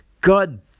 god